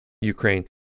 Ukraine